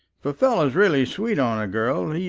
if a fellow is really sweet on a girl,